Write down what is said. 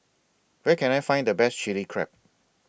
Where Can I Find The Best Chili Crab